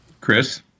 Chris